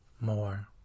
more